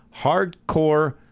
hardcore